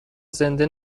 زنده